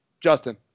Justin